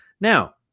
Now